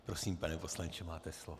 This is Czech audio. Prosím, pane poslanče, máte slovo.